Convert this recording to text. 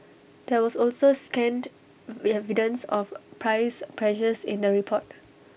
there was also scant we evidence of price pressures in the report